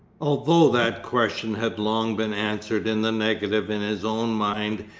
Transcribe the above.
although that question had long been answered in the negative in his own mind,